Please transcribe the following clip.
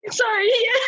sorry